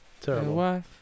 terrible